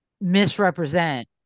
misrepresent